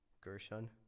Gershon